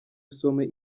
usomye